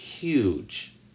Huge